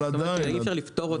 זאת אומרת שאי אפשר לפתור,